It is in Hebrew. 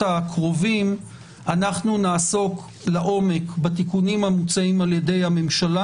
הקרובים נעסוק לעומק בתיקונים המוצעים על ידי הממשלה.